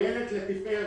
טיילת לתפארת.